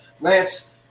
Lance